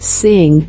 sing